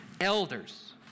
Elders